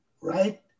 right